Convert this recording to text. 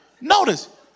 Notice